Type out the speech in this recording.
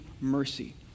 mercy